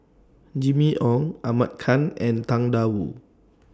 Jimmy Ong Ahmad Khan and Tang DA Wu